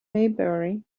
maybury